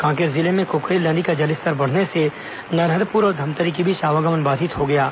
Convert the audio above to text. कांकेर जिले में कुकरेल नदी का जलस्तर बढ़ने से नरहरपुर और धमतरी के बीच आवागमन बाधित हो गया है